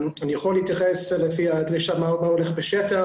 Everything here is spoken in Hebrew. אני יכול להתייחס לפי הדרישה למה שהולך בשטח,